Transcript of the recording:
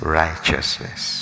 righteousness